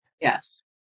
Yes